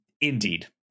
indeed